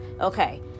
okay